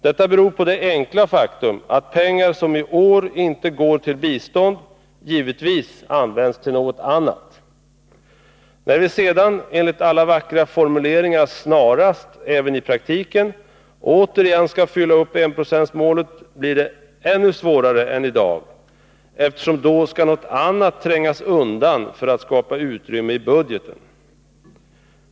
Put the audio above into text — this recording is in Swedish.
Detta beror på det enkla faktum att pengar som i år inte går till bistånd givetvis används till något annat. När vi sedan, enligt alla vackra formuleringar, snarast — även i praktiken — återigen skall uppfylla enprocentsmålet blir det ännu svårare än i dag, eftersom något annat då skall trängas undan för att skapa utrymme i budgeten.